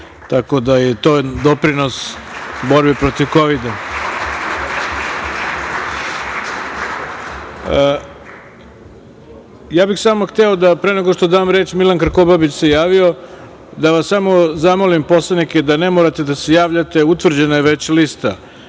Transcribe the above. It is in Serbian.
tako da je to doprinos u borbi protiv Kovida. Hteo bih samo pre nego što dam reč, Milan Krkobabić se javio, da samo zamolim poslanike da ne moraju da se javljaju, utvrđena je već lista.